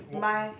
my